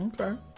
Okay